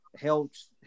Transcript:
helps